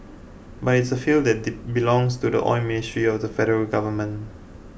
but it's a field that belongs to the Oil Ministry of the Federal Government